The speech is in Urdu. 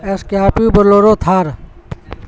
ایس کیوپی بلورو تھار